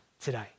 today